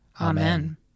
Amen